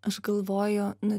aš galvoju nu